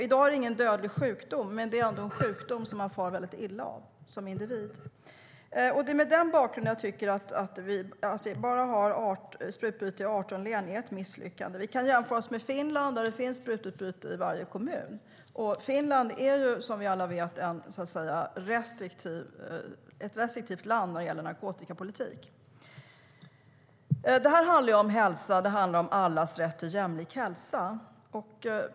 I dag är det ingen dödlig sjukdom, men det är ändå en sjukdom som man far väldigt illa av som individ. Det är mot den bakgrunden som jag tycker att det är ett misslyckande att vi bara har sprututbyte i 18 län. Vi kan jämföra oss med Finland där det finns sprututbyte i varje kommun, och Finland är, som vi alla vet, ett restriktivt land när det gäller narkotikapolitik. Det här handlar om hälsa och om allas rätt till jämlik hälsa.